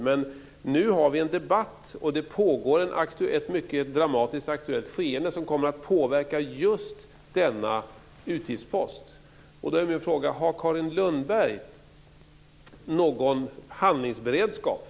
Men nu har vi en debatt, och det pågår just nu ett mycket dramatiskt skeende som kommer att påverka just denna utgiftspost. Då är min fråga: Har Carin Lundberg någon handlingsberedskap?